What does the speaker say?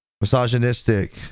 misogynistic